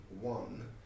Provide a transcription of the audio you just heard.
one